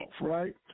right